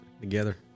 together